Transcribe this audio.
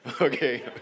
Okay